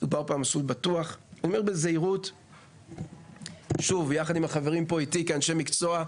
אני אומר בזהירות, ששוב, יחד עם אנשי מקצוע,